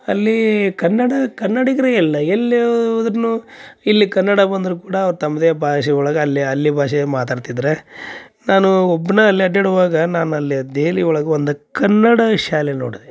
ಅಲ್ಲಿ ಕನ್ನಡ ಕನ್ನಡಿಗರೇ ಎಲ್ಲ ಎಲ್ಲೋದ್ರೂನು ಇಲ್ಲಿ ಕನ್ನಡ ಬಂದರೂ ಕೂಡ ತಮ್ಮದೇ ಭಾಷೆ ಒಳಗೆ ಅಲ್ಲಿ ಅಲ್ಲಿ ಭಾಷೆಯ ಮಾತಾಡ್ತಿದ್ರು ನಾನೂ ಒಬ್ನೇ ಅಲ್ಲಿ ಅಡ್ಡಾಡುವಾಗ ನಾನು ಅಲ್ಲಿ ದೆಹಲಿ ಒಳಗೆ ಒಂದು ಕನ್ನಡ ಶಾಲೆ ನೋಡಿದೆ